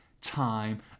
time